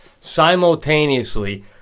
Simultaneously